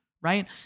right